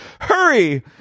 Hurry